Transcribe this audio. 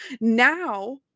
now